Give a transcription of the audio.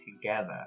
together